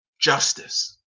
justice